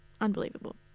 unbelievable